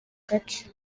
gace